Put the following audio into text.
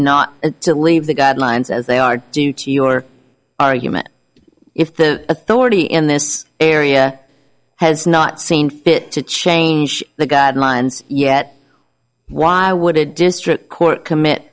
not to leave the guidelines as they are due to your argument if the authority in this area has not seen fit to change the guidelines yet why would a district court commit